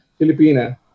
Filipina